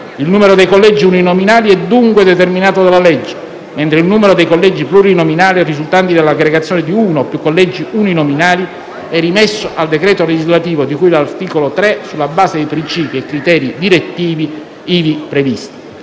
Il numero dei collegi uninominali è dunque determinato dalla legge, mentre il numero dei collegi plurinominali, risultanti dall'aggregazione di uno o più collegi uninominali, è rimesso al decreto legislativo di cui all'articolo 3, sulla base dei principi e criteri direttivi ivi previsti.